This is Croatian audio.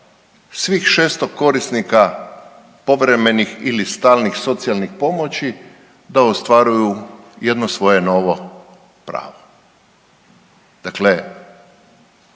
svih 600 korisnika povremenih ili stalnih socijalnih pomoći da ostvaruju jedno svoje novo pravo. Dakle,